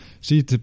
See